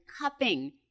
cupping